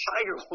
Tiger